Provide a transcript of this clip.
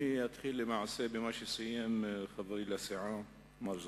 אני אתחיל למעשה במה שסיים חברי לסיעה, מר זחאלקה.